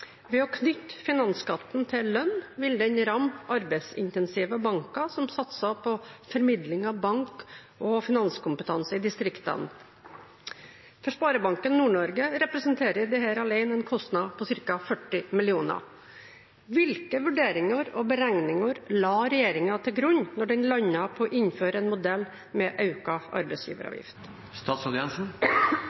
Ved å knytte finansskatten til lønn vil den ramme arbeidsintensive banker som satser på formidling av bank- og finanskompetanse i distriktene. For Sparebanken Nord-Norge representerer dette en kostnad på ca. 40 mill. kroner. Hvilke vurderinger og beregninger la regjeringen til grunn når den landet på å innføre en modell med økt arbeidsgiveravgift?»